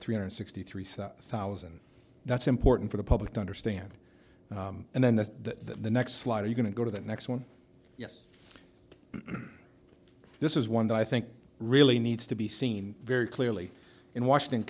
three hundred sixty three thousand that's important for the public to understand and then the next slide are you going to go to the next one yes this is one that i think really needs to be seen very clearly in washington